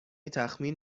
تخمین